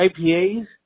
ipas